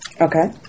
okay